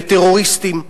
בטרוריסטים.